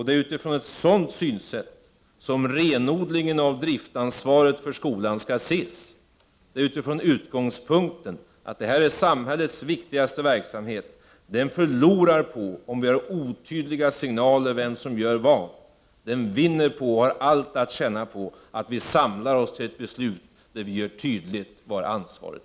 Det är utifrån ett sådant synsätt som renodlingen av driftansvaret för skolan skall ses — från utgångspunkten att detta är samhällets viktigaste verksamhet. Den förlorar på att vi har otydliga signaler om vem som gör vad. Den vinner på, har allt att tjäna på, att vi samlar oss till ett beslut där vi gör tydligt var ansvaret